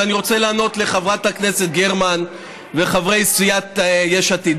ואני רוצה לענות לחברת הכנסת גרמן וחברי סיעת יש עתיד.